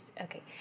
Okay